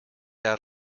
out